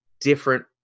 different